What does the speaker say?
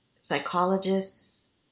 psychologists